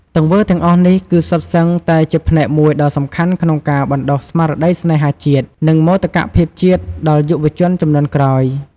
ទង្វើទាំងអស់នេះគឺសុទ្ធសឹងតែជាផ្នែកមួយដ៏សំខាន់ក្នុងការបណ្តុះស្មារតីស្នេហាជាតិ និងមោទកភាពជាតិដល់យុវជនជំនាន់ក្រោយ។